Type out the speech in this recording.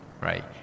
right